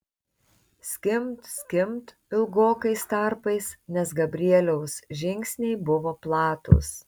skimbt skimbt ilgokais tarpais nes gabrieliaus žingsniai buvo platūs